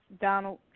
Donald